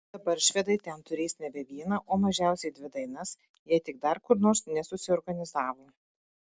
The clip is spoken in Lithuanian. dabar švedai ten turės nebe vieną o mažiausiai dvi dainas jei tik dar kur nors nesusiorganizavo